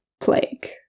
plague